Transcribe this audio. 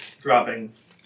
droppings